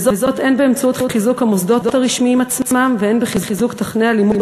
וזאת הן באמצעות חיזוק המוסדות הרשמיים עצמם והן בחיזוק תוכני הלימוד